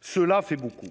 Cela fait beaucoup.